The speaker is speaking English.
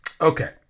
okay